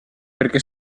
perché